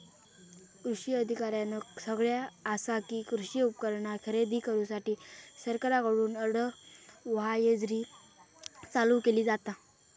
कृषी अधिकाऱ्यानं सगळ्यां आसा कि, कृषी उपकरणा खरेदी करूसाठी सरकारकडून अडव्हायजरी चालू केली जाता